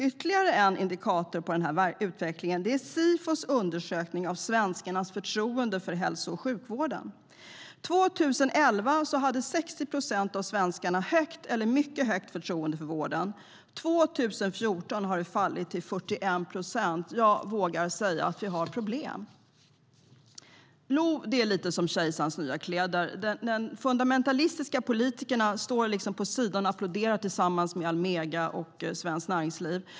Ytterligare en indikator på denna utveckling är Sifos undersökningar av svenskarnas förtroende för vården. År 2011 hade 60 procent av svenskarna högt eller mycket högt förtroende för vården. År 2014 föll motsvarande siffra till 41 procent. Jag vågar säga att vi har problem. LOV är lite som kejsarens nya kläder. De fundamentalistiska politikerna står vid sidan och applåderar tillsammans med Almega och Svenskt Näringsliv.